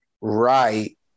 right